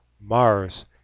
Mars